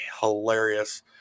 hilarious